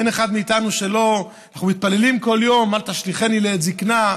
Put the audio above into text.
אנחנו מתפללים בכל יום: "אל תשליכני לעת זקנה",